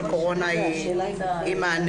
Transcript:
של קורונה היא מענה.